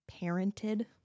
parented